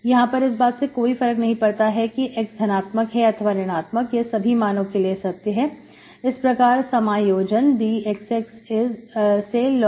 यहां पर इस बात से कोई फर्क नहीं पड़ता की x धनात्मक है अथवा ऋणआत्मक यह सभी मानो के लिए सत्य है इस प्रकार समायोजन dxx is log⁡